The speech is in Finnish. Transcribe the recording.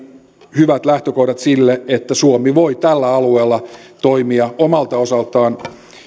hyvät lähtökohdat sille että suomi voi tällä alueella toimia omalta osaltaan